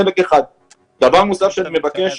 דבר נוסף שאני מבקש,